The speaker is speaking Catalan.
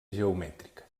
geomètrica